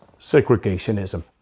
segregationism